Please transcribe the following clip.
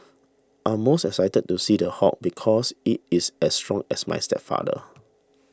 I'm most excited to see The Hulk because it is as strong as my stepfather